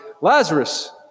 Lazarus